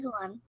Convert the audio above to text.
one